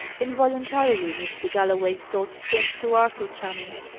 involuntarily, mr. galloway's thoughts turned to arthur channing,